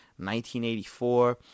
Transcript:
1984